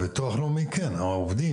עובדי